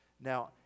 Now